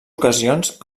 ocasions